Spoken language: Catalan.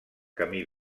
camí